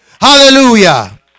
Hallelujah